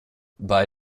bei